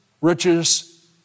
riches